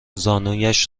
زانویش